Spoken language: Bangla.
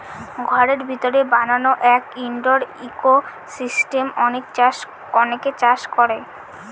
ঘরের ভিতরে বানানো এক ইনডোর ইকোসিস্টেম অনেকে চাষ করে